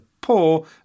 poor